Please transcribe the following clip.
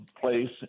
place